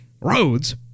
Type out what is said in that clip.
roads